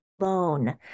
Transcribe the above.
alone